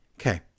Okay